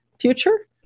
future